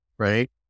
Right